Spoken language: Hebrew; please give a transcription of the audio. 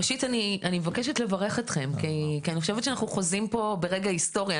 ראשית אני מבקשת לברך אתכם כי אני חושבת שאנחנו חוזים פה ברגע היסטורי,